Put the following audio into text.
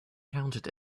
counted